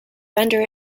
render